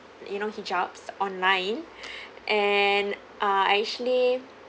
you know hijabs online and uh actually